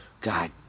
god